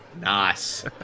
Nice